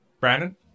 Brandon